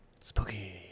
Spooky